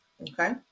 okay